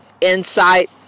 insight